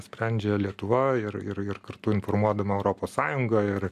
sprendžia lietuva ir ir ir kartu informuodama europos sąjungą ir